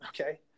okay